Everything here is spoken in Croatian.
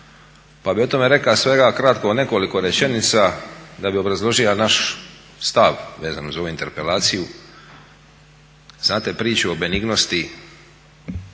pa bih o tome rekla svega kratko nekoliko rečenica da bi obrazložija naš stav vezano za ovu interpelaciju. Znate priču o benignosti